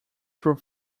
through